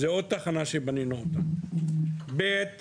דבר שני,